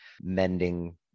mending